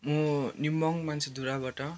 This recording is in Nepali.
म निम्बोङ मानसी धुराबाट